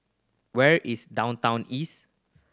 where is Downtown East